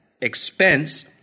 expense